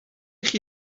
chi